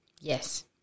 Yes